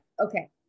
Okay